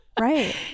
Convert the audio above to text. Right